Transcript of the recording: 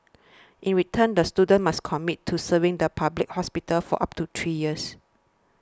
in return the students must commit to serving the public hospitals for up to three years